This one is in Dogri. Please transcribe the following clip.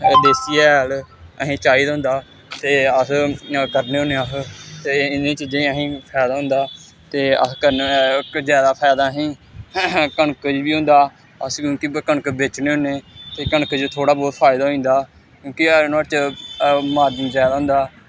देस्सी हैल असेंगी चाहिदा होंदा ते अस करने होन्ने अस ते इ'नें चीजें च असेंगी फैदा होंदा ते अस करने जैदा फैदा असेंगी कनक च बी होंदा अस कनक बेचने होन्ने ते कनक च थोह्ड़ा बौह्त फैदा होई जंदा केह् ऐ नोआड़े च मारजन जैदा होंदा